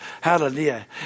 Hallelujah